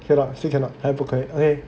cannot still cannot 还不可以 okay